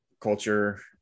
culture